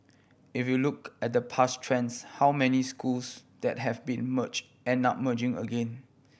if you look at the past trends how many schools that have been merge end up merging again